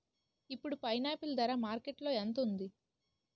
ఇప్పుడు పైనాపిల్ ధర మార్కెట్లో ఎంత ఉంది?